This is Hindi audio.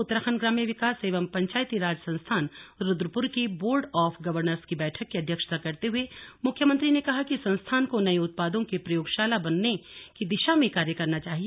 उत्तराखण्ड ग्राम्य विकास एवं पंचायतीराज संस्थान रूद्रपुर की बोर्ड ऑफ गवनर्स की बैठक की अध्यक्षता करते हुए मुख्यमंत्री ने कहा कि संस्थान को नये उत्पादों की प्रयोगशाला बनने की दिशा में कार्य करना चाहिए